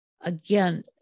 again